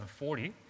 40